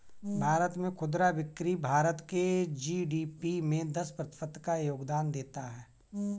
भारत में खुदरा बिक्री भारत के जी.डी.पी में दस प्रतिशत का योगदान देता है